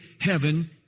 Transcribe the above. heaven